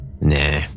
Nah